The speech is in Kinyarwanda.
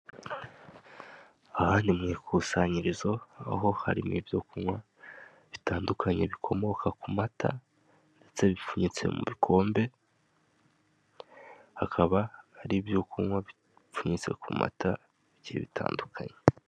Aha ni mu ikusanyirizo, aho harimo ibyo kunywa bitandukanye bikomoka ku mata, ndetse bipfunyitse mu bikombe. Akaba ari ibyo kunywa biturutse ku mata, bigiye bitandukanye.